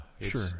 sure